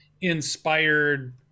inspired